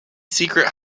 secret